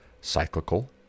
cyclical